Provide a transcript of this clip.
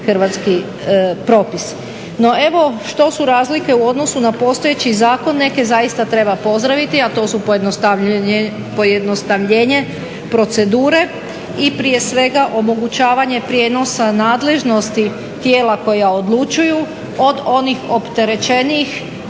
hrvatski propis. No evo što su razlike u odnosu na postojeći zakon, neke zaista treba pozdraviti, a to su pojednostavljenje procedure i prije svega omogućavanje prijenosa nadležnosti tijela koja odlučuju od onih opterećenijih